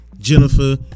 Jennifer